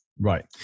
Right